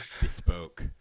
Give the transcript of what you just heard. bespoke